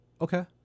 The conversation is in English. Okay